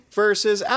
versus